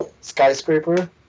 skyscraper